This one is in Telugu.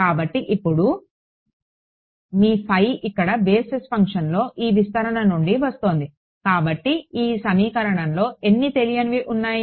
కాబట్టి ఇప్పుడు మీ ఫై ఇక్కడ బేసిస్ ఫంక్షన్లో ఈ విస్తరణ నుండి వస్తోంది కాబట్టి ఈ సమీకరణంలో ఎన్ని తెలియనివి ఉన్నాయి